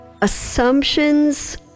assumptions